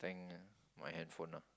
I think my handphone ah